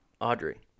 Audrey